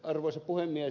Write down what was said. arvoisa puhemies